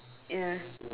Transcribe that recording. ya